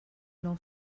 nou